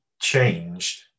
changed